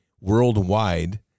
worldwide